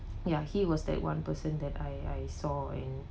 ya he was that one person that I I saw and